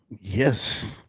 Yes